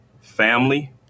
family